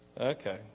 Okay